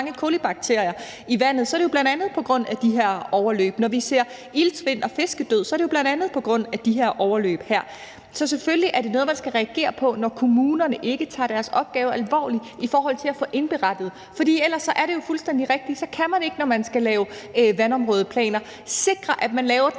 colibakterier i vandet, så er det jo bl.a. på grund af de her overløb. Når vi ser iltsvind og fiskedød er det jo bl.a. på grund af de her overløb. Så selvfølgelig er det noget, man skal reagere på, når kommunerne ikke tager deres opgave alvorligt i forhold til at få indberettet det. For det er jo fuldstændig rigtigt, at man så ikke, når man skal lave vandområdeplaner, kan sikre, at man laver den